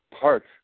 parts